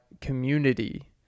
community